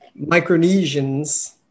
Micronesians